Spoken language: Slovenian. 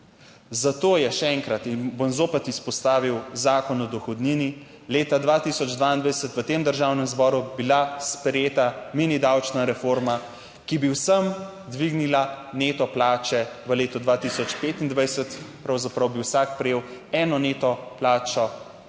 Zato je še enkrat in bom zopet izpostavil Zakon o dohodnini. Leta 2022 v tem Državnem zboru bila sprejeta mini davčna reforma, ki bi vsem dvignila neto plače, v letu 2025 pravzaprav bi vsak prejel eno neto plačo